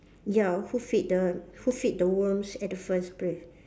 ya who feed the who feed the worms at the first place